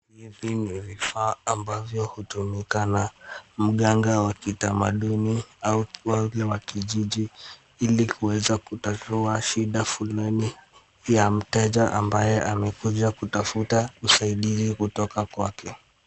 Hivi ni vifaa ambavyo hutumika na mganga wa kitamaduni au kiwavyo wa kijiji, ili kuweza kutatua shida fulani ya mteja ambaye amekuja kutafuta usaidizi kutoka kwake.